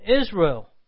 Israel